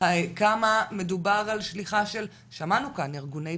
כמה מדובר על שליחה של ארגוני פשע,